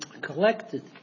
collected